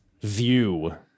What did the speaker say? view